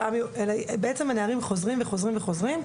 אלא בעצם הנערים חוזרים וחוזרים,